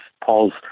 Paul's